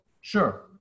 Sure